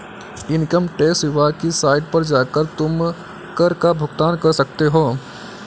income tax विभाग की site पर जाकर तुम कर का भुगतान कर सकते हो